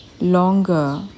longer